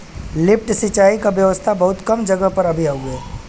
lift सिंचाई क व्यवस्था बहुत कम जगह पर अभी हउवे